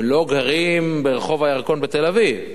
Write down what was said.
הם לא גרים ברחוב הירקון בתל-אביב,